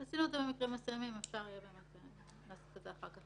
ובכלל זה מקור האשראי שניתן ומקור החזר האשראי,